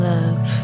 love